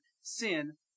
sin